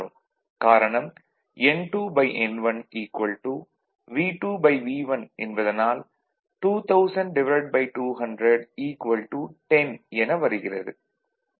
காரணம் N2N1 V2V1 என்பதால் 2000200 10 என வருகிறது